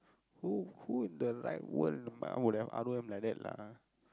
who who in the right world in the mind would have R_O_M like that lah